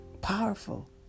powerful